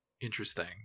interesting